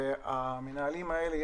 המנהלים האלה,